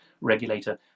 regulator